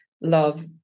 love